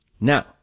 Now